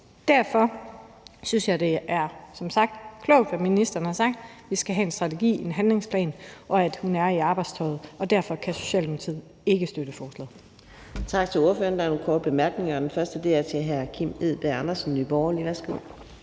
Derfor synes jeg som sagt, at det er klogt, hvad ministeren har sagt, nemlig at vi skal have en strategi og en handlingsplan, og at hun er i arbejdstøjet. Derfor kan Socialdemokratiet ikke støtte forslaget.